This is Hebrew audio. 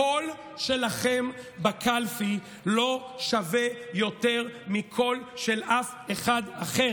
הקול שלכם בקלפי לא שווה יותר מקול של אף אחד אחר.